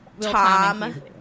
Tom